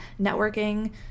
networking